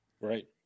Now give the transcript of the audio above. Right